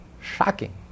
Shocking